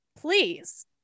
Please